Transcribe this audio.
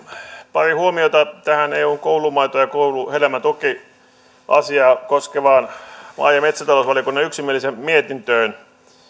pari huomiota tähän eun koulumaito ja kouluhedelmätukiasiaa koskevaan maa ja metsätalousvaliokunnan yksimieliseen mietintöön